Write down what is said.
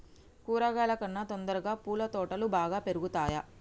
కూరగాయల కన్నా తొందరగా పూల తోటలు బాగా పెరుగుతయా?